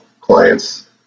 clients